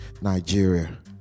Nigeria